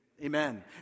Amen